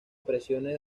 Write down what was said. presiones